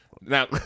Now